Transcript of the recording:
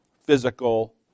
physical